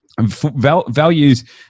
values